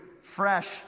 fresh